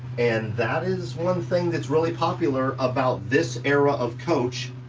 and that is one thing that's really popular about this era of coach,